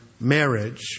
marriage